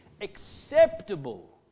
acceptable